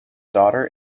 daughter